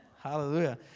Hallelujah